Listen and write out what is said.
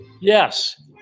Yes